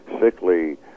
sickly